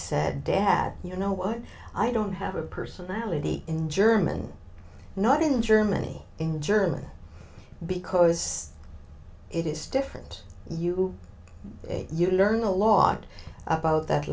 said dad you know what i don't have a personality in german not in germany in german because it is different you you learn a lot about that